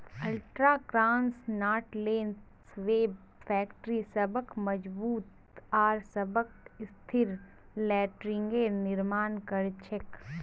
ultra cross knotless web factory सबस मजबूत आर सबस स्थिर नेटिंगेर निर्माण कर छेक